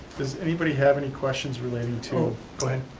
does anybody have any questions related to oh.